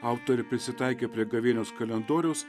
autorė prisitaikė prie gavėnios kalendoriaus